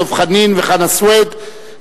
דב חנין וחנא סוייד,